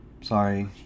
Sorry